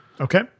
Okay